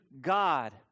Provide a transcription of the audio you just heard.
God